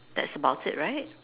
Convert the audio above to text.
that's about it right